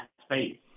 space